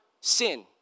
sin